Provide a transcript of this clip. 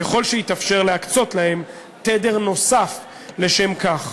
ככל שיתאפשר להקצות להם תדר נוסף לשם כך.